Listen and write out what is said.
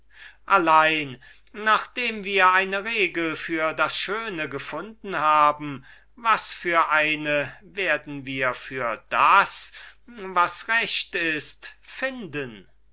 allein nachdem wir eine regul für das schöne gefunden haben was für eine werden wir für das was recht ist finden